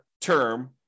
term